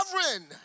sovereign